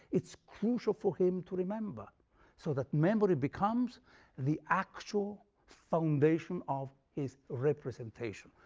it's crucial for him to remember so that memory becomes the actual foundation of his representation.